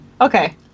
Okay